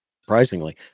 surprisingly